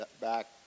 back